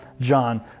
John